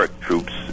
troops